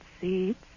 seeds